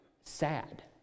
sad